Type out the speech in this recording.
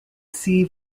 sea